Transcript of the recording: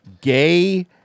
gay